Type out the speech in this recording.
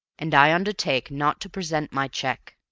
and i undertake not to present my check.